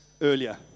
earlier